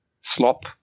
slop